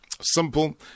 Simple